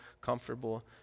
comfortable